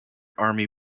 army